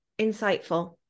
insightful